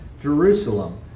Jerusalem